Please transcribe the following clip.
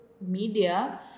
media